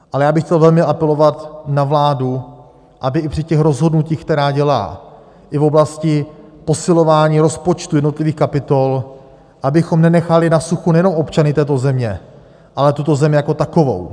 Ale já bych chtěl velmi apelovat na vládu, aby i při těch rozhodnutích, která dělá i v oblasti posilování rozpočtu jednotlivých kapitol, abychom nenechali na suchu nejenom občany této země, ale tuto zemi jako takovou.